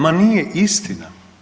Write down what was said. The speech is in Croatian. Ma nije istina!